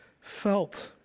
felt